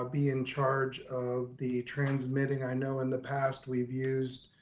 ah be in charge of the transmitting. i know in the past we've used